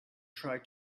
try